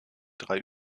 drei